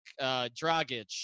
Dragic